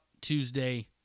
Tuesday